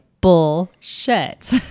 bullshit